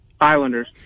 islanders